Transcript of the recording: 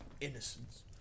innocence